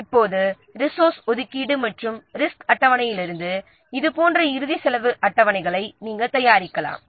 இப்போது ரிசோர்ஸ் ஒதுக்கீடு மற்றும் ரிசோர்ஸ் அட்டவணையிலிருந்து இது போன்ற இறுதி செலவு அட்டவணைகளை நாம் தயாரிக்கலாம்